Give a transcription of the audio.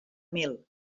mil